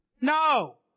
No